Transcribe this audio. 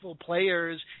players